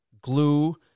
glue